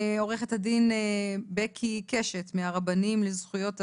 עורכת הדין בקי קשת מהרבנים לזכויות אדם.